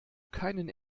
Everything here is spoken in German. keinen